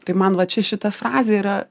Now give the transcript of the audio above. tai man va čia šita frazė yra